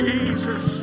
Jesus